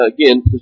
again